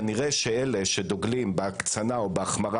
כנראה שאלה שדוגלים בהקצנה או בהחמרה